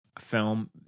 film